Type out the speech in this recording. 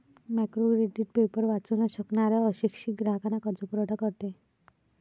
micro credit paper वाचू न शकणाऱ्या अशिक्षित ग्राहकांना कर्जपुरवठा करते